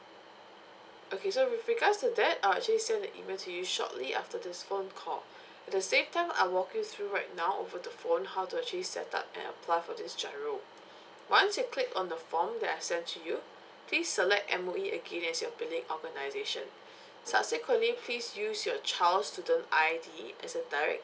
okay so with regards to that I'll actually send an email to you shortly after this phone call at the same time I'll walk you through right now over the phone how to actually set up and apply for this giro once you click on the form that I send to you please select M_O_E again as your billing organisation subsequently please use your child's student I_D as a direct